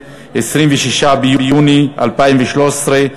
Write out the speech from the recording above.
26 ביוני 2013,